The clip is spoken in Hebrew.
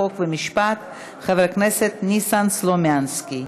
חוק ומשפט חבר הכנסת ניסן סלומינסקי.